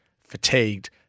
fatigued